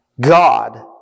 God